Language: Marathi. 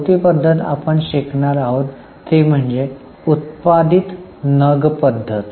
चौथी पद्धत आपण शिकणार आहोत ते म्हणजे उत्पादित नग पद्धत